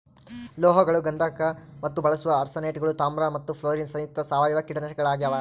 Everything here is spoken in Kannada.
ಲೋಹಗಳು ಗಂಧಕ ಮತ್ತು ಬಳಸುವ ಆರ್ಸೆನೇಟ್ಗಳು ತಾಮ್ರ ಮತ್ತು ಫ್ಲೋರಿನ್ ಸಂಯುಕ್ತ ಸಾವಯವ ಕೀಟನಾಶಕಗಳಾಗ್ಯಾವ